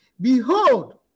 Behold